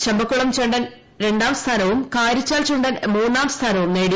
ചമ്പക്കുളം ചുണ്ടൻ രണ്ടാം സ്ഥാനവും കാരിച്ചാൽ ചുണ്ടൻ മൂന്നാം സ്ഥാനവും നേടി